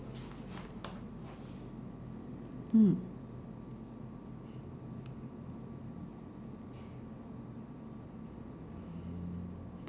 mm